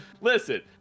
Listen